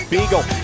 Beagle